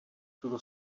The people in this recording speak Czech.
tuto